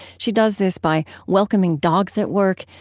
she does this by welcoming dogs at work,